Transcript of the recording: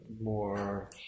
more